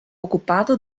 ocupado